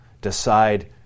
decide